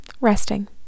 resting